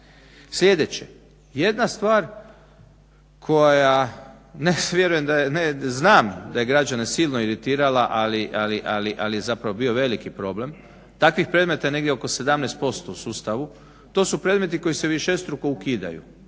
Sljedeće, jedna stvar koja ne vjerujem da je, znam da je građane silno iritirala, ali je zapravo bio veliki problem. Takvih predmeta je negdje oko 17% u sustavu. To su predmeti koji se višestruko ukidaju.